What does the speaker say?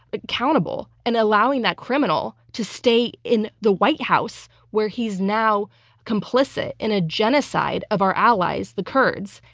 accountable, and allowing that criminal to stay in the white house, where he's now complicit in a genocide of our allies, the kurds,